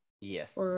Yes